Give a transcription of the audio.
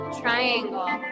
triangle